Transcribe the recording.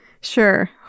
sure